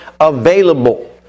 available